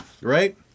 right